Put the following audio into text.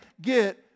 get